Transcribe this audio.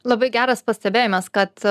labai geras pastebėjimas kad